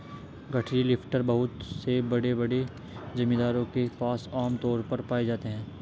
गठरी लिफ्टर बहुत से बड़े बड़े जमींदारों के पास आम तौर पर पाए जाते है